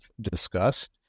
discussed